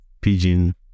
Pigeon